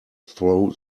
throw